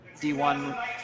D1